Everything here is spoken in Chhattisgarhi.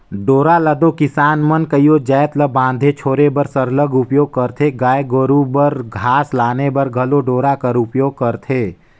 डोरा ल दो किसान मन कइयो जाएत ल बांधे छोरे बर सरलग उपियोग करथे गाय गरू बर घास लाने बर घलो डोरा कर उपियोग करथे